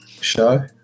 show